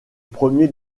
premier